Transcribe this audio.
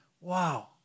wow